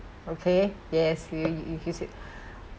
okay yes you you you